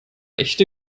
echte